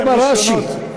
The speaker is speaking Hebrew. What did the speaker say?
עליזה בראשי,